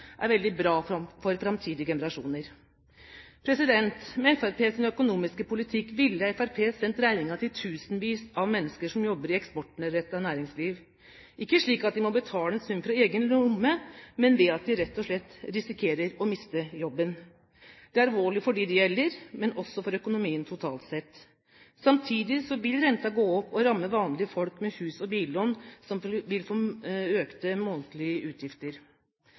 er veldig bra for framtidige generasjoner. Med Fremskrittspartiets økonomiske politikk ville Fremskrittspartiet sendt regningen til tusenvis av mennesker som jobber i eksportrettet næringsliv – ikke slik at de må betale en sum fra egen lomme, men ved at de rett og slett risikerer å miste jobben. Det er alvorlig for dem det gjelder, men også for økonomien totalt sett. Samtidig vil renten gå opp og ramme vanlige folk med hus- og billån. De vil få økte månedlige utgifter.